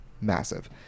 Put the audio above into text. Massive